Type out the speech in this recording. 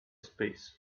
space